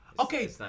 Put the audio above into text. Okay